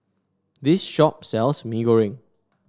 this shop sells Mee Goreng